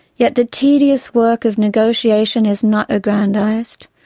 yet the tedious work of negotiation is not aggrandised,